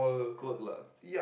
quirk lah